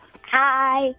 Hi